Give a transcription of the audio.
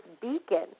beacon